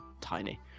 tiny